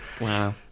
Wow